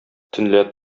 төнлә